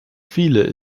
viele